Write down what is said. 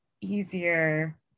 easier